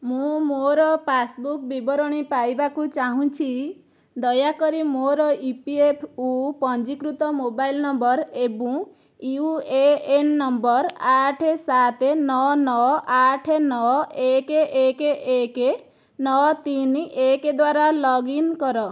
ମୁଁ ମୋର ପାସ୍ବୁକ୍ ବିବରଣୀ ପାଇବାକୁ ଚାହୁଁଛି ଦୟାକରି ମୋର ଇ ପି ଏଫ୍ ଓ ପଞ୍ଜୀକୃତ ମୋବାଇଲ ନମ୍ବର ଏବଂ ୟୁ ଏ ଏନ୍ ନମ୍ବର ଆଠ ସାତ ନଅ ନଅ ଆଠ ନଅ ଏକ ଏକ ଏକ ନଅ ତିନି ଏକ ଦ୍ଵାରା ଲଗ୍ଇନ୍ କର